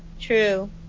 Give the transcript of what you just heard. true